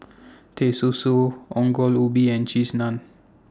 Teh Susu Ongol Ubi and Cheese Naan